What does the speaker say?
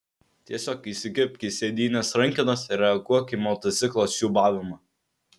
tiesiog įsikibk į sėdynės rankenas ir reaguok į motociklo siūbavimą